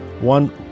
one